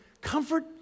comfort